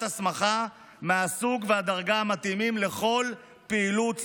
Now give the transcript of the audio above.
הסמכה מהסוג והדרגה המתאימים לכל פעילות ספורט,